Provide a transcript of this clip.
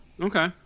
okay